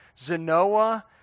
Zenoa